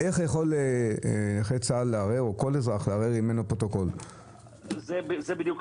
איך יכול נכה צה"ל או כל אזרח לערער אם אין לו פרוטוקול?